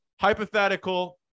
hypothetical